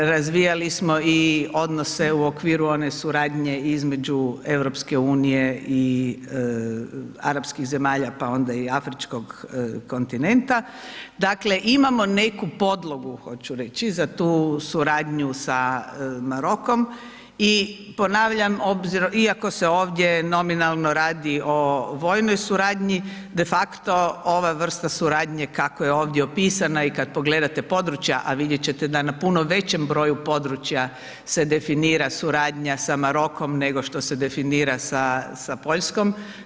Razvijali smo i odnose u okviru one suradnje između EU i arapskih zemalja, pa onda i afričkog kontinenta, dakle, imamo neku podlogu, hoću reći, za tu suradnju sa Marokom i ponavljam, obzirom, iako se ovdje nominalno radi o vojnoj suradnji, de facto ova vrsta suradnje kako je ovdje opisana i kad pogledate područja, a vidjet ćete da na puno većem broju područja se definira suradnja sa Marokom, nego što se definira sa Poljskom.